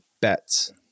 bets